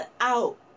out